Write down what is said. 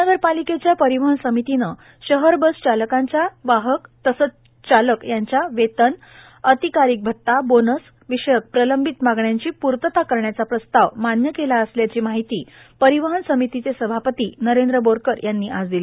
महानगरपालिकेच्या परिवहन समितीने शहर बस चालकांच्या वाहक तसंच चालक यांच्या वेतन अतिकालिक भता बोनस विषयक प्रलंबित मागण्यांची पूर्तता करण्याचा प्रस्ताव मान्य केले असल्याची माहिती परिवहन समितीचे सभापती नरेंद्र बोरकर यांनी आज दिली